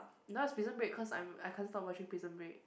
now is Prison Break cause I'm I can't stop watching Prison Break